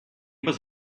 was